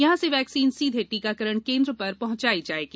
यहां से वैक्सीन सीधे टीकाकरण केंद्र पर पहुँचाई जाएगी